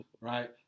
Right